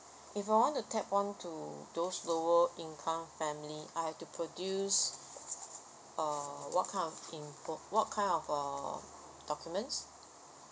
if I want to tap on to those lower income family I've to produce uh what kind of info what kind of err documents